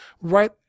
right